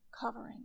covering